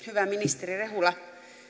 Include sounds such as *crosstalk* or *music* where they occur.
*unintelligible* hyvä ministeri rehula